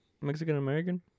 Mexican-American